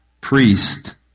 priest